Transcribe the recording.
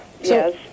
yes